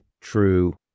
true